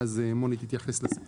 ואז מימון יתייחס לעניין הספאם.